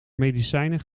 medicijnen